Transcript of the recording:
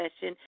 session